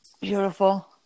Beautiful